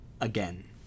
Again